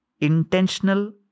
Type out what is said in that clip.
intentional